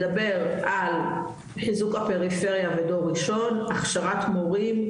מדבר על חיזוק הפריפריה ודור ראשון, הכשרת מורים,